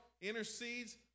intercedes